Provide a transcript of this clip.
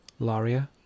Laria